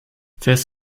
fährst